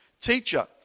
Teacher